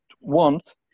want